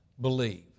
believe